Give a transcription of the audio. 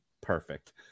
Perfect